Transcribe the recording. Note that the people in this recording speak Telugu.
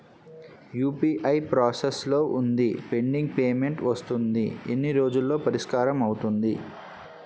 యు.పి.ఐ ప్రాసెస్ లో వుంది పెండింగ్ పే మెంట్ వస్తుంది ఎన్ని రోజుల్లో పరిష్కారం అవుతుంది